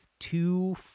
two